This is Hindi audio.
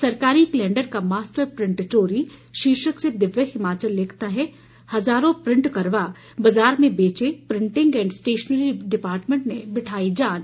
सरकारी कैलेंडर का मास्टर प्रिंट चोरी शीर्षक से दिव्य हिमाचल लिखता है हजारों प्रिंट करवा बाजार में बेचे प्रिंटिग एंड स्टेशनरी डिपार्टमेंट ने बिठाई जांच